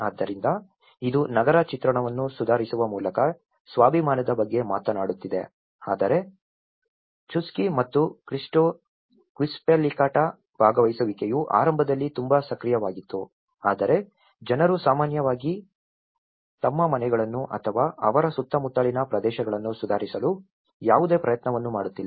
ಆದ್ದರಿಂದ ಇದು ನಗರ ಚಿತ್ರಣವನ್ನು ಸುಧಾರಿಸುವ ಮೂಲಕ ಸ್ವಾಭಿಮಾನದ ಬಗ್ಗೆ ಮಾತನಾಡುತ್ತಿದೆ ಆದರೆ ಚುಸ್ಚಿ ಮತ್ತು ಕ್ವಿಸ್ಪಿಲಾಕ್ಟಾದಲ್ಲಿ ಭಾಗವಹಿಸುವಿಕೆಯು ಆರಂಭದಲ್ಲಿ ತುಂಬಾ ಸಕ್ರಿಯವಾಗಿತ್ತು ಆದರೆ ಜನರು ಸಾಮಾನ್ಯವಾಗಿ ತಮ್ಮ ಮನೆಗಳನ್ನು ಅಥವಾ ಅವರ ಸುತ್ತಮುತ್ತಲಿನ ಪ್ರದೇಶಗಳನ್ನು ಸುಧಾರಿಸಲು ಯಾವುದೇ ಪ್ರಯತ್ನವನ್ನು ಮಾಡುತ್ತಿಲ್ಲ